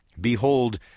Behold